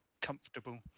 comfortable